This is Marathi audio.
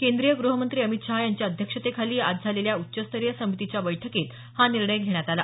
केंद्रीय गृहमंत्री अमित शहा यांच्या अध्यक्षतेखाली आज झालेल्या उच्चस्तरीय समितीच्या बैठकीत हा निर्णय घेण्यात आला